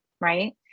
right